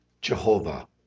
Jehovah